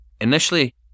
Initially